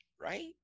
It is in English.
right